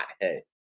hothead